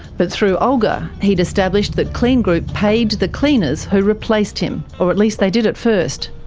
but through olga, he had established that kleen group paid the cleaners who replaced him, or at least they did at first.